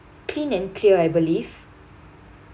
Clean & Clear I believe